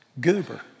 goober